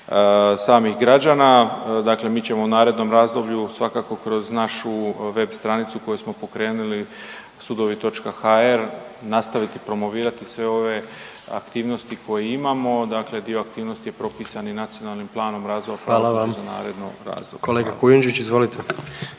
samih građana, dakle mi ćemo u narednom razdoblju svakako kroz našu web stranicu koju smo pokrenuli sudovi.hr nastaviti promovirati sve ove aktivnosti koje imamo, dakle dio aktivnosti je propisan i Nacionalnim planom razvoja…/Govornik se